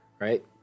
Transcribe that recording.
right